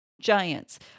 Giants